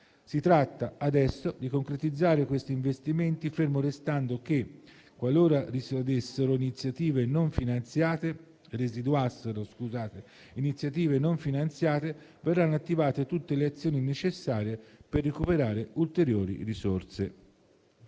Si tratta adesso di concretizzare questi investimenti, fermo restando che, qualora residuassero iniziative non finanziate, verranno attivate tutte le azioni necessarie per recuperare ulteriori risorse.